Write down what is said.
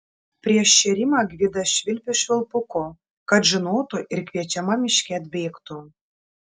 prieš šėrimą gvidas švilpė švilpuku kad žinotų ir kviečiama miške atbėgtų